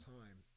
time